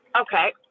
Okay